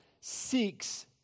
seeks